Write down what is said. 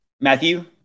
Matthew